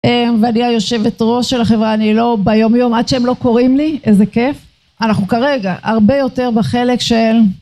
ואני היושבת ראש של החברה. אני לא ביום יום עד שהם לא קוראים לי איזה כיף. אנחנו כרגע הרבה יותר בחלק של